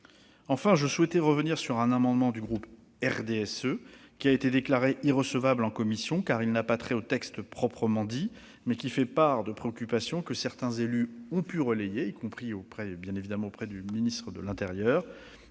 Enfin, je souhaite revenir sur un amendement du groupe du RDSE, qui a été déclaré irrecevable en commission, car il n'a pas trait au texte proprement dit, mais qui s'appuie sur des préoccupations que certains élus ont pu relayer, y compris auprès du ministre de l'intérieur.